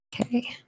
Okay